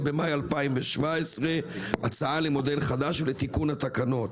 במאי 2017 הצעה למודל חדש בתיקון התקנות,